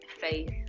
Faith